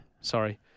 Sorry